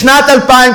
בשנת 2000,